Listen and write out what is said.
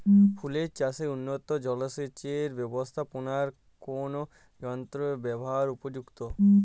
ফুলের চাষে উন্নত জলসেচ এর ব্যাবস্থাপনায় কোন যন্ত্রের ব্যবহার উপযুক্ত?